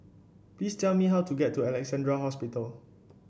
please tell me how to get to Alexandra Hospital